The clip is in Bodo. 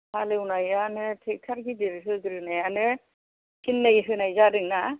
हालेवनायानो थेक्थ'र गिदिर होग्रोनायानो फिननै होनाय जादों ना